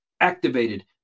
activated